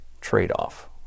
trade-off